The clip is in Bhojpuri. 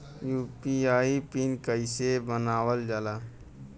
यू.पी.आई पिन कइसे बनावल जाला?